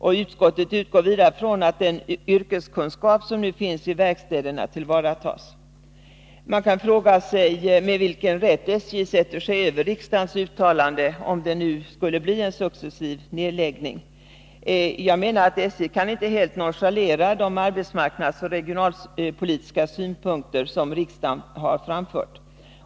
Vidare utgick utskottet från att ”den yrkeskunskap som nu finns vid verkstäderna tillvaratas”. Man kan, om det nu skulle bli en successiv nedläggning, fråga sig med vilken rätt SJ sätter sig över riksdagens uttalande. SJ kan inte helt nonchalera de arbetsmarknadsoch regionalpolitiska synpunkter som riksdagen har framfört.